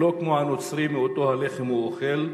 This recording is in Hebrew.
ולא כמו הנוצרי מאותו הלחם הוא אוכל,